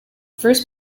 first